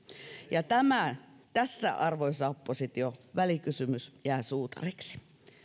ja tässä arvoisa oppositio välikysymys jää suutariksi